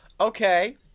okay